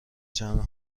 جمع